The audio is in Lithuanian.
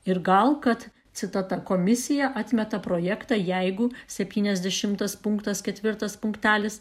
ir gal kad citata komisija atmeta projektą jeigu septyniasdešimtas punktas ketvirtas punktelis